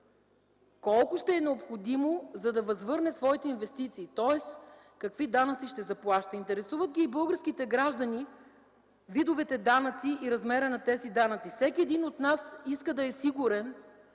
колко ще е необходимо, за да възвърне своите инвестиции, тоест, какви данъци ще заплаща. Интересуват ги българските граждани видовете данъци и размера на тези данъци. Всеки един от нас иска да е сигурен